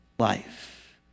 Life